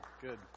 good